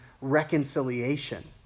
reconciliation